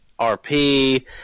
RP